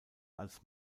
als